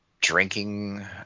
drinking